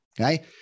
Okay